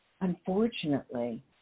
unfortunately